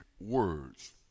words